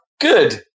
Good